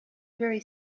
very